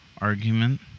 argument